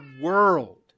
world